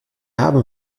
haben